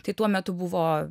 tai tuo metu buvo